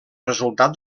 resultat